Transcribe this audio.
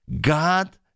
God